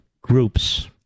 groups